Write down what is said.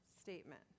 statement